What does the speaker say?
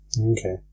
Okay